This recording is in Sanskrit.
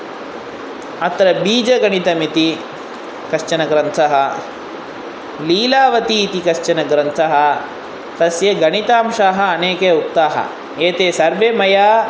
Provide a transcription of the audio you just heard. अत्र बीजगणितमिति कश्चन ग्रन्थः लीलावतिः इति कश्चन ग्रन्थः तस्य गणितांशः अनेके उक्ताः एते सर्वे मया